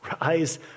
rise